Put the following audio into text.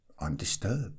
undisturbed